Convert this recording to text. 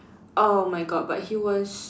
oh my god but he was